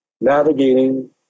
navigating